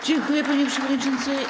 Dziękuję, panie przewodniczący.